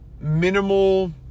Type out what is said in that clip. minimal